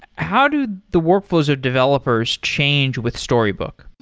how do the workflows of developers change with storybook?